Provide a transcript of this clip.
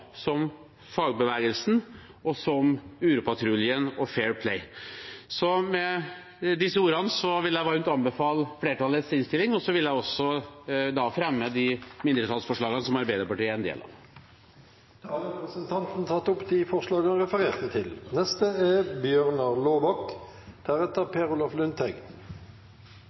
som fagbevegelsen og som Byggebransjens Uropatrulje og Fair Play Bygg Norge. Så med disse ordene vil jeg varmt anbefale flertallets innstilling, og så vil jeg også ta opp de mindretallsforslagene som Arbeiderpartiet er en del av. Representanten Arild Grande har tatt opp de forslagene han refererte til.